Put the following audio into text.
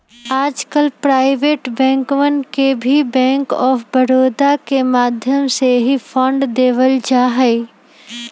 आजकल प्राइवेट बैंकवन के भी बैंक आफ बडौदा के माध्यम से ही फंड देवल जाहई